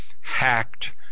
hacked